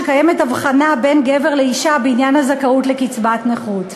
שקיימת הבחנה בין גבר לאישה בעניין הזכאות לקצבת נכות.